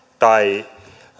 tai